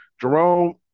Jerome